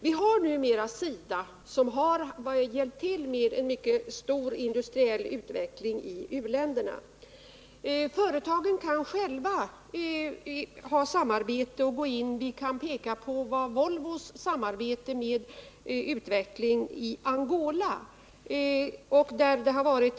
Vi har numera SIDA som har hjälpt till med en mycket kraftig industriell utveckling i u-länderna. Företagen kan också själva ha samarbete med u-länderna. Vi kan peka på Volvos samarbete med Angola.